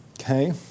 Okay